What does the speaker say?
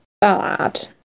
bad